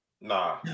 Nah